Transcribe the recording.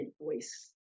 voice